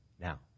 Now